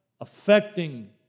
affecting